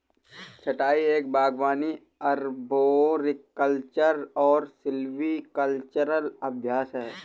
छंटाई एक बागवानी अरबोरिकल्चरल और सिल्वीकल्चरल अभ्यास है